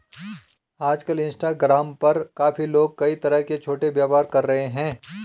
आजकल इंस्टाग्राम पर काफी लोग कई तरह के छोटे व्यापार कर रहे हैं